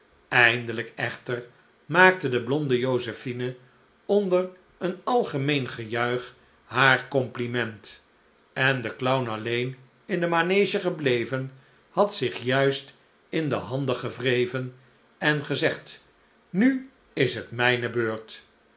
eindelijk echter maakte de blonde josephine onder een algemeen gejuich haar compliment en de clown all een in de manege gebleven had zich juist in de handen gewreven en gezegd nu is het mijne beurt